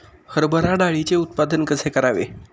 हरभरा डाळीचे उत्पादन कसे करावे?